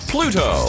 Pluto